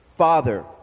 Father